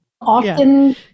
Often